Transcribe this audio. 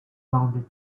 rounded